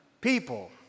people